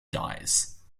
dies